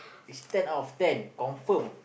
is ten out of ten confirm